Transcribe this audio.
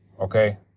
okay